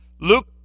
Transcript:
Luke